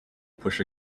push